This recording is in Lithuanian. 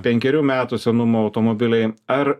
penkerių metų senumo automobiliai ar